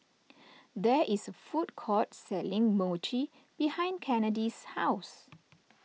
there is food court selling Mochi behind Kennedi's house